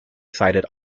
cited